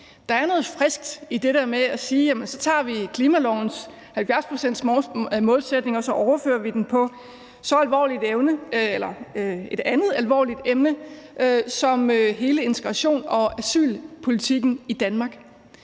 Der er noget friskt i det der med at sige: Jamen så tager vi klimalovens 70-procentsmålsætning, og så overfører vi den på et andet alvorligt emne som hele integrations- og asylpolitikken i Danmark.